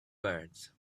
birds